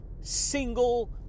single